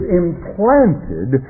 implanted